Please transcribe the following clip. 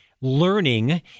learning